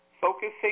focusing